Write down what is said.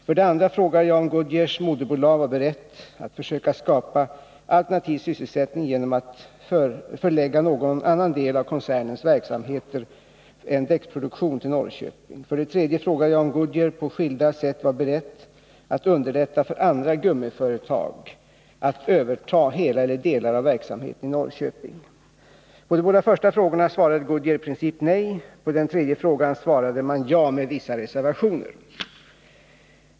För det andra frågade jag om Goodyears moderbolag var berett att försöka skapa alternativ sysselsättning genom att förlägga någon annan av koncernens verksamheter än däckproduktion till Norrköping. För det tredje frågade jag om Goodyear på skilda sätt var berett att underlätta för andra gummiföretag att överta hela eller delar av verksamheten i Norrköping. På de båda första frågorna svarade Goodyear i princip nej. På den tredje 57 frågan svarade man ja med vissa reservationer.